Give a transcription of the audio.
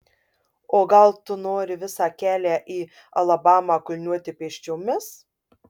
o gal tu nori visą kelią į alabamą kulniuoti pėsčiomis